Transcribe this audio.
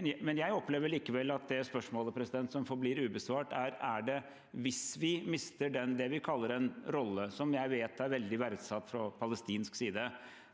Jeg opplever likevel at det spørsmålet som forblir ubesvart, er: Hvis vi mister det vi kaller en rolle, som jeg vet er veldig verdsatt fra palestinsk side,